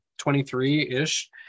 23-ish